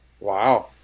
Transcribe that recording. Wow